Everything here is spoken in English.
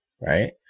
Right